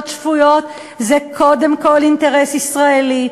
שפויות זה קודם כול אינטרס ישראלי.